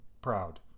proud